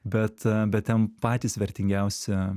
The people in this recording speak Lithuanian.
bet bet ten patys vertingiausi